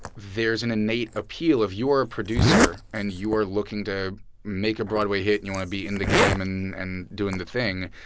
there's an innate appeal of you're a producer and you are looking to make a broadway hit and you want to be in the game and and doing the thing.